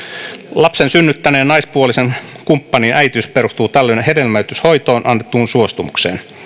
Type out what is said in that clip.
lapsen synnyttäneen naispuolisen kumppanin äitiys perustuu tällöin hedelmöityshoitoon annettuun suostumukseen